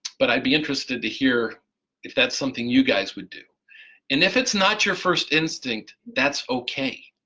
but i'd be interested to hear if that's something you guys would do and if it's not your first instinct that's okay,